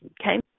okay